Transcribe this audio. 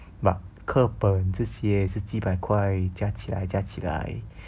把课本这些是几百块加起来加起来